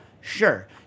sure